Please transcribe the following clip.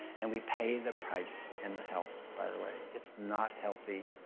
and we pay the price in the health, by the way. it's not healthy.